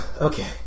Okay